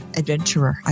adventurer